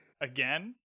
Again